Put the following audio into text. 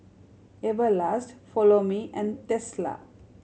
Everlast Follow Me and Tesla